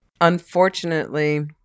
Unfortunately